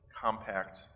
compact